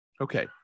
Okay